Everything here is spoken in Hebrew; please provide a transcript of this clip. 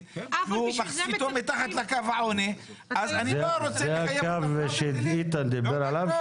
הוא מתחת לקו העוני אז --- זה הקו שאיתן דיבר עליו,